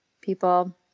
people